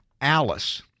Alice